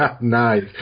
Nice